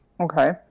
Okay